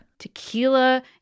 tequila